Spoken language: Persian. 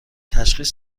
تشخیص